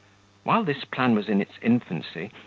while this plan was in its infancy,